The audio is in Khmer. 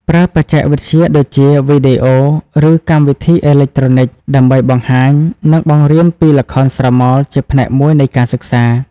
ប្រើបច្ចេកវិទ្យាដូចជា វីដេអូ ឬកម្មវិធីអេឡិចត្រូនិច ដើម្បីបង្ហាញ និងបង្រៀនពីល្ខោនស្រមោលជាផ្នែកមួយនៃការសិក្សា។